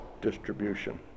distribution